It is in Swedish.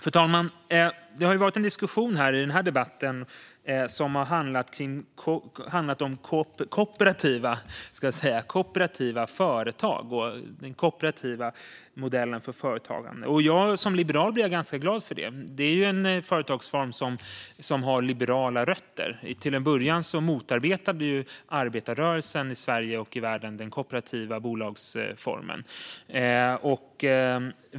Fru talman! I den här debatten har det förts en diskussion om kooperativa företag, det vill säga den kooperativa modellen för företagande. Som liberal blir jag ganska glad för det, för det är en företagsform som har liberala rötter. Till en början motarbetade ju arbetarrörelsen i Sverige och världen den kooperativa bolagsformen.